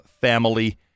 family